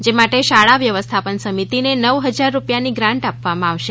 જે માટે શાળા વ્યવસ્થાપન સમિતિને નવ હજાર રૂપિયાની ગ્રાંટ આપવામાં આવશે